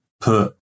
put